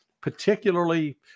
particularly